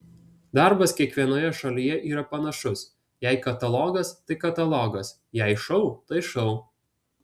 darbas kiekvienoje šalyje yra panašus jei katalogas tai katalogas jei šou tai šou